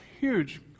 huge